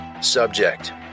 Subject